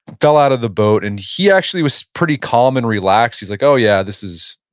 fell out of the boat and he actually was pretty calm, and relaxed, he's like, oh yeah, this is,